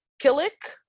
Killick